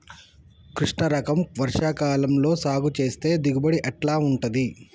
కృష్ణ రకం వర్ష కాలం లో సాగు చేస్తే దిగుబడి ఎట్లా ఉంటది?